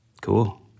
Cool